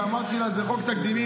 אמרתי לה שזה חוק תקדימי,